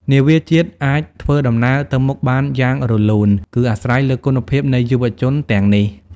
នាវាជាតិអាចធ្វើដំណើរទៅមុខបានយ៉ាងរលូន គឺអាស្រ័យលើគុណភាពនៃយុវជនទាំងនេះ។